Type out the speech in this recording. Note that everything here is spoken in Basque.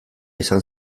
izan